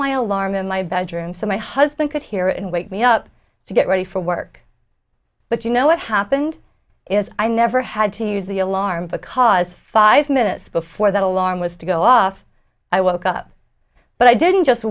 my alarm in my bedroom so my husband could hear it and wake me up to get ready for work but you know what happened is i never had to use the alarm because five minutes before that along was to go off i woke up but i didn't just